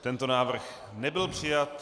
Tento návrh nebyl přijat.